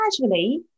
casually